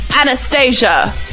Anastasia